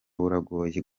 buragoye